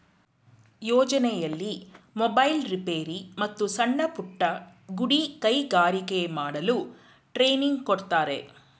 ಯೋಜನೆಯಲ್ಲಿ mobile repair, ಮತ್ತು ಸಣ್ಣಪುಟ್ಟ ಗುಡಿ ಕೈಗಾರಿಕೆ ಮಾಡಲು ಟ್ರೈನಿಂಗ್ ಕೊಡ್ತಾರೆ